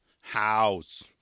House